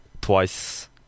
twice